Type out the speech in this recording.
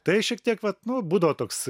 tai šiek tiek vat nu būdavo toks